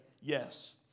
yes